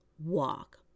walk